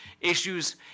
issues